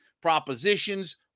propositions